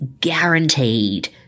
guaranteed